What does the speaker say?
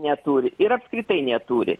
neturi ir apskritai neturi